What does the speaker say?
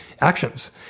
actions